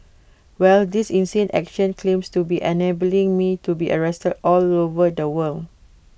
well this insane action claims to be enabling me to be arrested all over the world